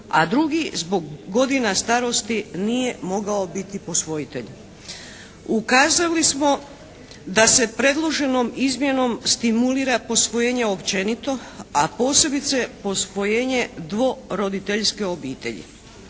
a drugi zbog godina starosti nije mogao biti posvojitelj. Ukazali smo da se predloženom izmjenom stimulira posvojenje općenito, a posebice posvojenje dvoroditeljske obitelji.